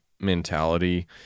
mentality